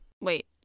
Wait